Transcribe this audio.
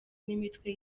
n’imitwe